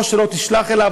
או שלא תשלח אליו,